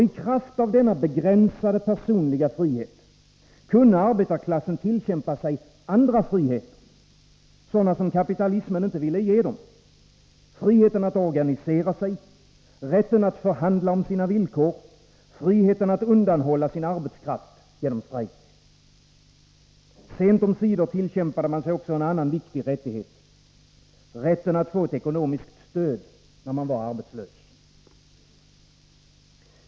I kraft av denna begränsade personliga frihet kunde arbetarklassen tillkämpa sig andra friheter, sådana som kapitalismen inte ville ge den — friheten att organisera sig, rätten att förhandla om fria villkor, friheten att undanhålla sin arbetskraft genom strejk. Sent omsider tillkämpade man sig en annan viktig rättighet: rätten att få ett ekonomiskt stöd, när man var arbetslös.